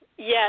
Yes